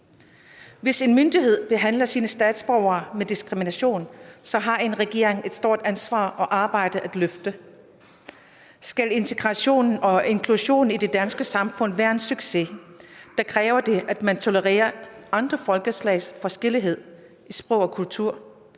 Hvis en myndighed behandler sine statsborgere med diskrimination, har en regering et stort ansvar og et stort arbejde at løfte. Skal integrationen og inklusionen i det danske samfund være en succes, kræver det, at man tolererer andre folkeslags forskellighed i sprog og kultur.